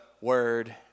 word